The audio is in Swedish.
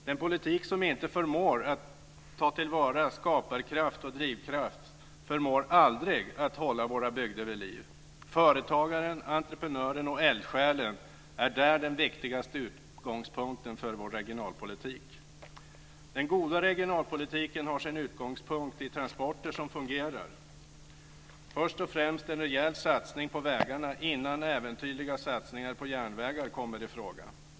Den politik som inte förmår att ta till vara skaparkraft och drivkraft förmår aldrig att hålla våra bygder vid liv. Företagaren, entreprenören och eldsjälen är där den viktigaste utgångspunkten för vår regionalpolitik. Den goda regionalpolitiken har sin utgångspunkt i transporter som fungerar. Först och främst en rejäl satsning på vägarna innan äventyrliga satsningar på järnvägar kommer i fråga.